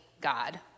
God